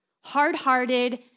hard-hearted